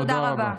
תודה רבה.